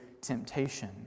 temptation